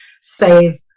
save